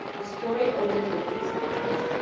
the story opens with these lines.